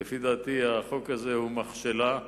הוא מכשלה,